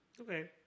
Okay